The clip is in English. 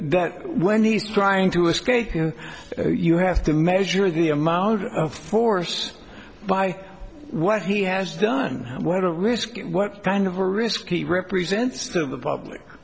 to when he's trying to escape you have to measure the amount of force by what he has done what a risk what kind of a risky represents to the public